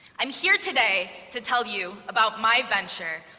i'm here today to tell you about my venture,